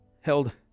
held